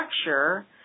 structure